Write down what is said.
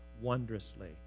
wondrously